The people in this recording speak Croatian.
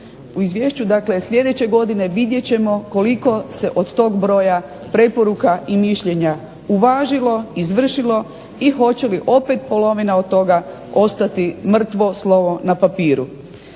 u izvješću sljedeće godine vidjet ćemo koliko se od tog broja i preporuka i mišljenja uvažilo, izvršilo i hoće li opet polovina od toga ostati mrtvo slovo na papiru,